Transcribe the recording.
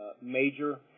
major